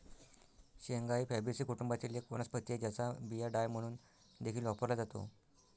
शेंगा ही फॅबीसी कुटुंबातील एक वनस्पती आहे, ज्याचा बिया डाळ म्हणून देखील वापरला जातो